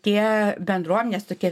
tie bendruomenės tokie